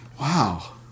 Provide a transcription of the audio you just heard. Wow